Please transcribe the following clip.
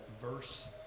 verse